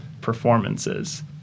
performances